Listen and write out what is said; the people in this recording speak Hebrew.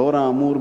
לאור האמור,